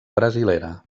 brasilera